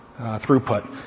throughput